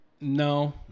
no